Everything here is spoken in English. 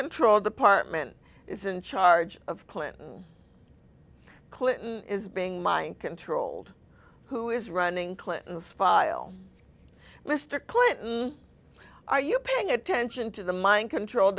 control department is in charge of clinton clinton is being mind controlled who is running clinton's file mr clinton are you paying attention to the mind control